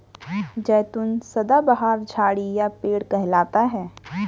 जैतून सदाबहार झाड़ी या पेड़ कहलाता है